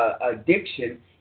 addiction